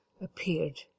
appeared